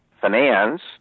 finance